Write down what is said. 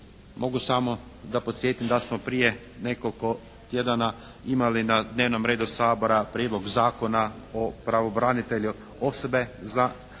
Mogu samo da podsjetim da smo prije nekoliko tjedana imali na dnevnom redu Sabora Prijedlog Zakona o pravobranitelju osobe za